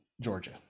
Georgia